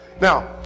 Now